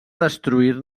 destruir